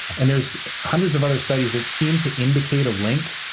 and there's hundreds of other studies that seem to indicate a link.